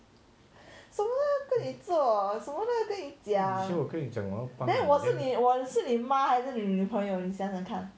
以前我有跟你讲我要帮你 then